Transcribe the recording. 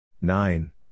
Nine